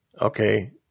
Okay